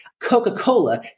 Coca-Cola